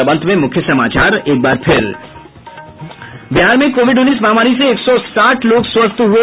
और अब अंत में मुख्य समाचार बिहार में कोविड उन्नीस महामारी से एक सौ साठ लोग स्वस्थ हुये